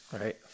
Right